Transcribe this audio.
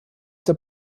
der